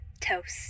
toast